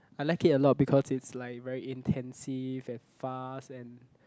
I like it a lot because it's like very intensive and fast and